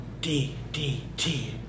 D-D-T